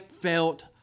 felt